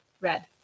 Red